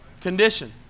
Condition